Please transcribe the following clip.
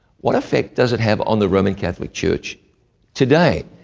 what effect does it have on the roman catholic church today?